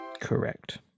correct